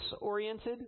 oriented